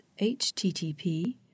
http